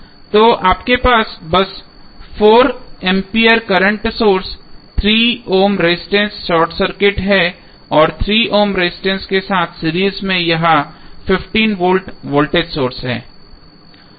तो आपके पास बस 4 ampere current source 3 ohm resistance short circuit है और 3 ओम रेजिस्टेंस के साथ सीरीज में यह 15 वोल्ट वोल्टेज सोर्स है